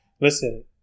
listen